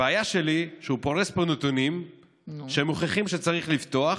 הבעיה שלי שהוא פורס פה נתונים שהם מוכיחים שצריך לפתוח,